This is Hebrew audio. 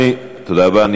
תודה רבה, אדוני.